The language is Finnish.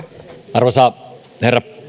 arvoisa herra